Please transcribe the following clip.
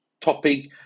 topic